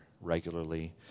regularly